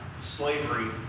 Slavery